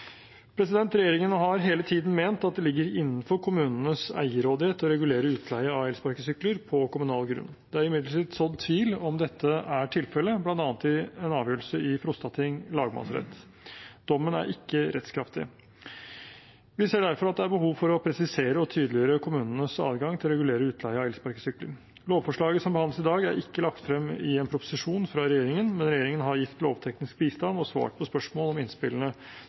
Regjeringen har hele tiden ment at det ligger innenfor kommunenes eierrådighet å regulere utleie av elsparkesykler på kommunal grunn. Det er imidlertid sådd tvil om dette er tilfellet, bl.a. i en avgjørelse i Frostating lagmannsrett – dommen er ikke rettskraftig. Vi ser derfor at det er behov for å presisere og tydeliggjøre kommunenes adgang til å regulere utleie av elsparkesykler. Lovforslaget som behandles i dag, er ikke lagt frem i en proposisjon fra regjeringen, men regjeringen har gitt lovteknisk bistand og svart på spørsmål om innspillene